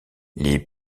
les